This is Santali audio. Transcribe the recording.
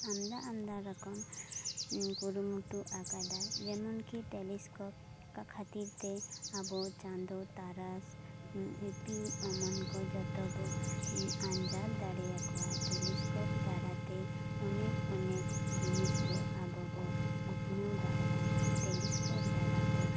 ᱟᱢᱫᱟ ᱟᱢᱫᱟ ᱨᱚᱠᱚᱢ ᱠᱩᱨᱩᱢᱩᱴᱩ ᱟᱠᱟᱫᱟ ᱡᱮᱢᱚᱱ ᱠᱤ ᱴᱮᱞᱤᱥᱠᱳᱯ ᱚᱠᱟ ᱠᱷᱟᱹᱛᱤᱨ ᱛᱮ ᱟᱵᱚ ᱪᱟᱸᱫᱚ ᱛᱟᱨᱟᱥ ᱤᱯᱤᱞ ᱚᱢᱚᱱ ᱠᱚ ᱡᱚᱛᱚᱵᱚ ᱟᱱᱫᱟᱡ ᱫᱟᱲᱮᱭᱟᱠᱚᱣᱟ ᱴᱮᱞᱤᱥᱠᱳᱯ ᱫᱟᱨᱟᱭᱛᱮ ᱚᱱᱮᱠ ᱚᱱᱮᱠ ᱡᱤᱱᱤᱥ ᱵᱚ ᱟᱵᱚ ᱵᱚ ᱩᱛᱱᱟᱹᱣ ᱫᱟᱲᱮᱭᱟᱜᱼᱟ ᱴᱮᱞᱤᱥᱠᱳᱯ ᱫᱟᱨᱟᱭᱛᱮ